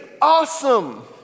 Awesome